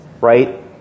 right